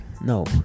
no